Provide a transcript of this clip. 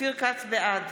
בעד